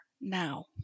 now